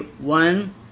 one